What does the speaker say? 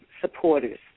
Supporters